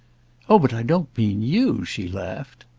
oh but i don't mean you! she laughed.